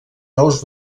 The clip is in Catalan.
nous